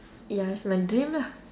ya is my dream lah